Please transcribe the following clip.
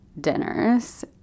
dinners